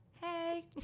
Hey